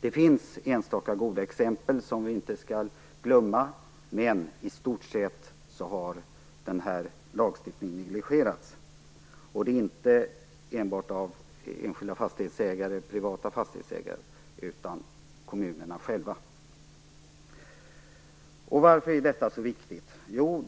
Det finns enstaka goda exempel som vi inte skall glömma, men i stort sett har den här lagstiftningen negligerats, inte enbart av enskilda fastighetsägare utan av kommunerna själva. Varför är detta så viktigt? Jo,